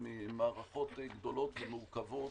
עם מערכות גדולות ומורכבות.